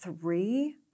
three